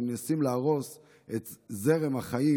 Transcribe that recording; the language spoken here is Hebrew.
שמנסים להרוס את זרם החיים,